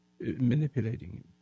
manipulating